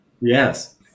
Yes